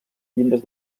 llindes